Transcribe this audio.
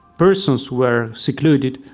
persons were secluded,